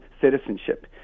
citizenship